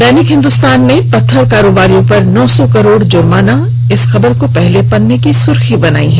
दैनिक हिन्दुस्तान ने पत्थर कारोबारियों पर नौ सौ करोड़ जुर्माना इस खबर को पहले पन्ने की सुर्खी बनाई है